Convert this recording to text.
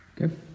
Okay